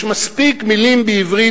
יש מספיק מלים בעברית,